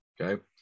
okay